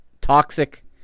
toxic